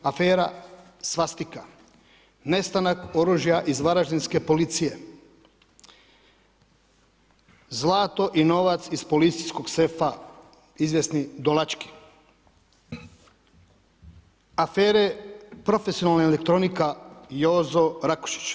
Afera Svastika, nestanak oružja iz varaždinske policije, zlato i novac iz policijskog sefa – izvjesni Dolački, afere profesionalnih elektronika – Jozo Rakušić.